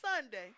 Sunday